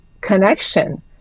connection